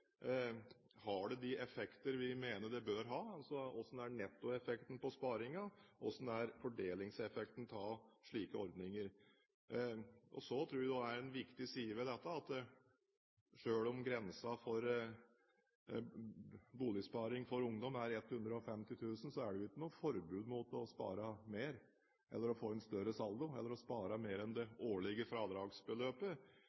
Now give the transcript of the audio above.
Har det de effekter vi mener det bør ha – hvordan er nettoeffekten av sparingen, hvordan er fordelingseffekten av slike ordninger? Så tror jeg det er en viktig side ved dette at selv om grensen for boligsparing for ungdom er 150 000 kr, er det jo ikke noe forbud mot å spare mer, få en større saldo, eller å spare mer enn